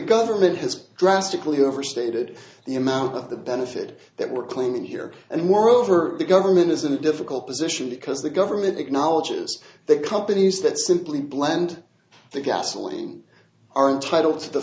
government has drastically overstated the amount of the benefit that we're claiming here and moreover the government is a difficult position because the government acknowledges that companies that simply blend the gasoline are entitled to the